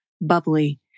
bubbly